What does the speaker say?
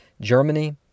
Germany